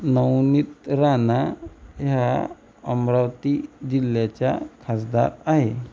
नवनीत राना ह्या अमरावती जिल्ह्याच्या खासदार आहे